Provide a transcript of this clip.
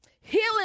healing